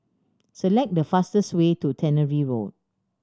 select the fastest way to Tannery Road